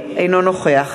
אינו נוכח